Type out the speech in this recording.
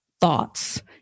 thoughts